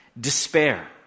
Despair